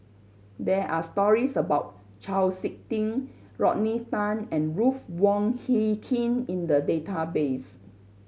there are stories about Chau Sik Ting Rodney Tan and Ruth Wong Hie King in the database